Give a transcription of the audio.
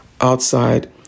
Outside